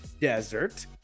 desert